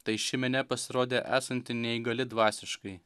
tai ši mene pasirodė esanti neįgali dvasiškai